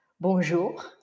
Bonjour